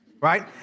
right